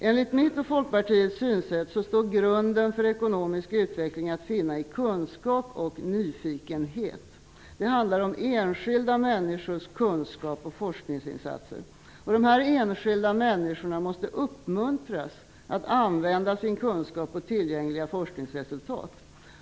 Enligt mitt och Folkpartiets synsätt står grunden för ekonomisk utveckling att finna i kunskap och nyfikenhet. Det handlar om enskilda människors kunskap och forskningsinsatser. De här enskilda människorna måste uppmuntras att använda sin kunskap och tillgängliga forskningsresultat.